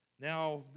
Now